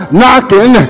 knocking